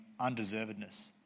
undeservedness